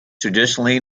traditionally